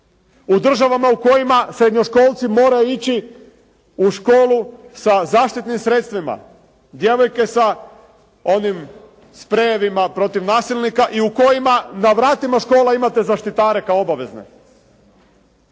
u državama u kojima srednjoškolci moraju ići u školu sa zaštitnim sredstvima, djevojke sa onim sprejevima protiv nasilnika i u kojima na vratima škola imate zaštitare kao obavezne.